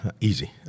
easy